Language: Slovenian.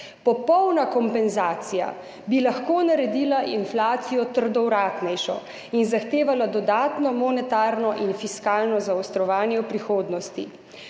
Popolna kompenzacija bi lahko naredila inflacijo trdovratnejšo in zahtevala dodatno monetarno in fiskalno zaostrovanje v prihodnosti.